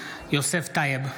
יוסף טייב,